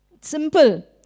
Simple